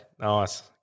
Nice